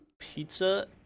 Pizza